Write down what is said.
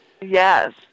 Yes